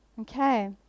Okay